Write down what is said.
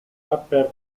rapper